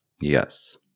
Yes